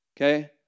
Okay